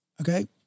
Okay